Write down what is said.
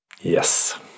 yes